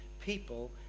people